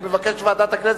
אם נבקש מוועדת הכנסת,